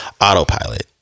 autopilot